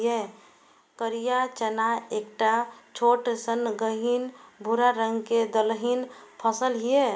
करिया चना एकटा छोट सन गहींर भूरा रंग के दलहनी फसल छियै